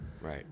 Right